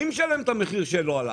מי משלם על זה שהמחירים לא עלו?